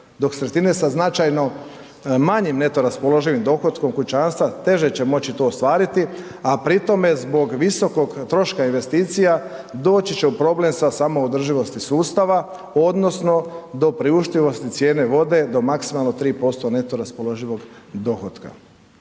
dok sredine sa značajno manjim neto raspoloživim dohotkom kućanstva, teže će moći to ostvariti a pritom zbog visokog troška investicija doći će u problem sa samoodrživosti sustava odnosno do priuštivosti cijene vode do maksimalno 3% neto raspoloživog dohotka.